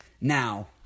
now